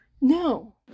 No